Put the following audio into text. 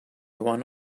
one